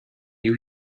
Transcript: you